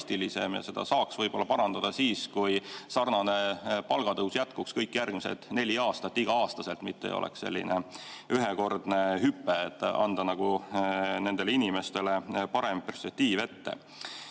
Seda saaks võib-olla parandada siis, kui sarnane palgatõus jätkuks kõik järgmised neli aastat iga-aastaselt, mitte ei oleks ühekordne hüpe, et anda nendele inimestele parem perspektiiv ette.